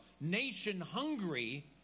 nation-hungry